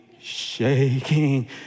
shaking